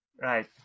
Right